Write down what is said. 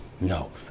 No